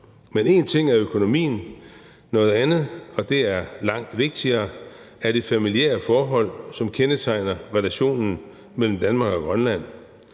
Men én ting er økonomien, noget andet, og det er langt vigtigere, er det familiære forhold, som kendetegner relationen mellem Danmark og Grønland.